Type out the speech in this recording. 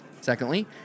Secondly